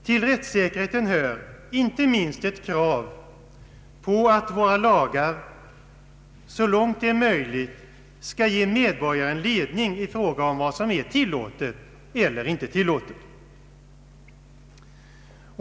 Till denna hör inte minst ett krav på att våra lagar så långt det är möjligt skall ge medborgaren ledning i fråga om vad som är tillåtet eller inte.